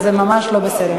וזה ממש לא בסדר.